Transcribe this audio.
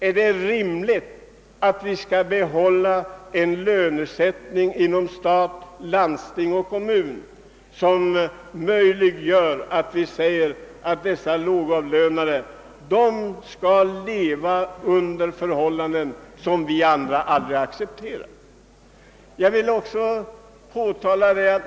är det rimligt att inom staten, landstingen och kommunerna ha kvar en lönesättning som medför att låglönegrupperna tvingas leva under förhållanden som vi andra aldrig skulle acceptera?